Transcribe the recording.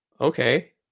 okay